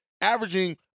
averaging